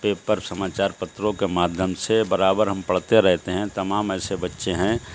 paper سماچار پتروں کے مادھیم سے برابر ہم پڑھتے رہتے ہیں تمام ایسے بچے ہیں